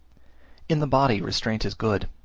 in the body restraint is good,